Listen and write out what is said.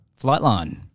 Flightline